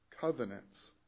covenants